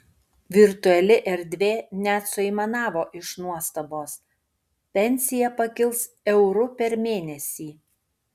virtuali erdvė net suaimanavo iš nuostabos pensija pakils euru per mėnesį